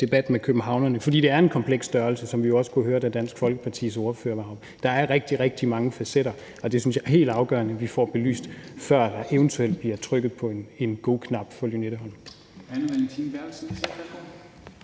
debat med københavnerne. For det er en kompleks størrelse, hvad vi jo også kunne høre, da Dansk Folkepartis ordfører var heroppe. Der er rigtig, rigtig mange facetter, og jeg synes, det er helt afgørende, at vi får det belyst, før der eventuelt bliver trykket på en go-knap for Lynetteholmen.